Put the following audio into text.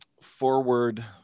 forward